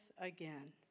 again